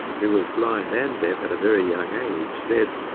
who was blind and deaf at a very young age, said,